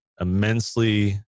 immensely